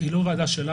היא לא רק ועדה שלנו,